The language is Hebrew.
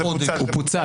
זה פוצל.